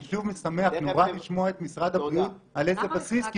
אני מאוד אשמח לשמוע את משרד הבריאות על איזה בסיס.